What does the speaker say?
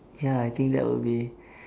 ya I think that would be